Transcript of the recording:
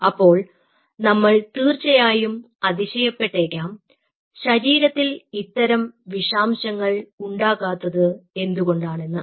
അപ്പോൾ നമ്മൾ തീർച്ചയായും അതിശയപ്പെട്ടേക്കാം ശരീരത്തിൽ ഇത്തരം വിഷാംശങ്ങൾ ഉണ്ടാകാത്തത് എന്തുകൊണ്ടാണെന്ന്